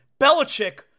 Belichick